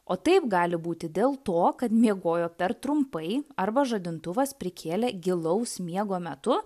o taip gali būti dėl to kad miegojo per trumpai arba žadintuvas prikėlė gilaus miego metu